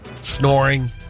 Snoring